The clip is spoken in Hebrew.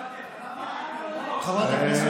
חברת הכנסת מאי גולן,